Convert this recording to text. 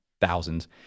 thousands